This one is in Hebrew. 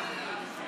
אתה גאון.